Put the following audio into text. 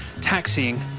taxiing